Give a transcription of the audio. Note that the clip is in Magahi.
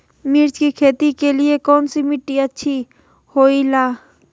मिर्च की खेती के लिए कौन सी मिट्टी अच्छी होईला?